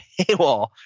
paywall